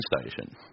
station